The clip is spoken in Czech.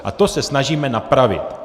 A to se snažíme napravit.